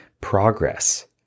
progress